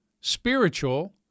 spiritual